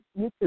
YouTube